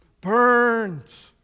Burns